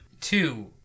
Two